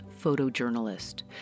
photojournalist